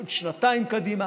עוד שנתיים קדימה.